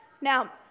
Now